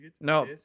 no